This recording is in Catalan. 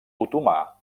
otomà